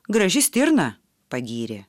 graži stirna pagyrė